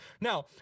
now